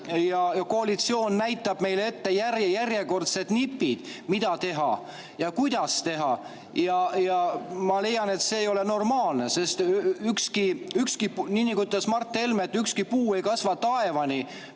ja koalitsioon näitab meile ette järjekordsed nipid, mida teha ja kuidas teha. Ma leian, et see ei ole normaalne. Nii nagu ütles Mart Helme, ükski puu ei kasva taevani